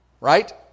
Right